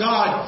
God